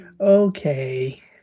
Okay